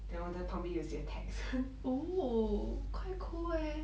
then 我在旁边有写 text